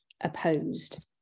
opposed